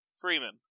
Freeman